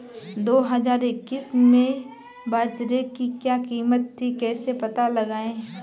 दो हज़ार इक्कीस में बाजरे की क्या कीमत थी कैसे पता लगाएँ?